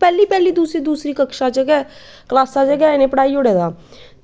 पैह्ली पैह्ली दूसरी दूसरी कक्षा च गै क्लासा च गै इनें पढ़ाई ओड़े दा